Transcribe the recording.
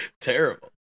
terrible